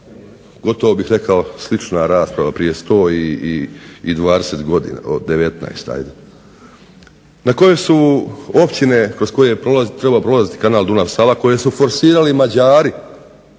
gotovo bih rekao slična rasprava, prije 120 godina, 19 ajde, na kojoj su općine, koje je trebao prolaziti kanal Dunav-Sava, koje su forsirali Mađari